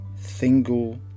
single